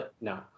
No